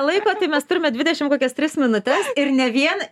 laiko tai mes turime dvidešim kokias tris minutes ir ne vien